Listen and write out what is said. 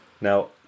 Now